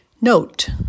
Note